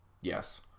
Yes